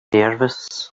nervous